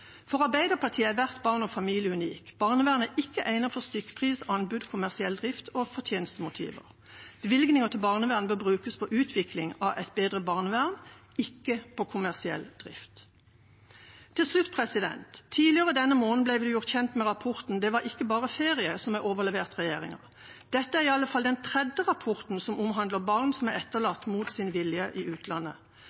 For Arbeiderpartiet er hvert barn og hver familie unik. Barnevern er ikke egnet for stykkpris, anbud, kommersiell drift og fortjenestemotiver. Bevilgninger til barnevern bør brukes på utvikling av et bedre barnevern, ikke på kommersiell drift. Til slutt: Tidligere denne måned ble vi gjort kjent med rapporten «Det var ikke bare ferie», som er overlevert regjeringa. Dette er i alle fall den tredje rapporten som omhandler barn som er